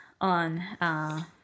on